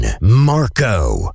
Marco